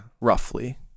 Roughly